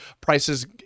prices